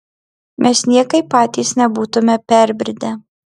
mes niekaip patys nebūtume perbridę